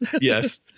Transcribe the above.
Yes